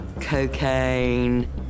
cocaine